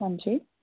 ਹਾਂਜੀ